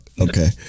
Okay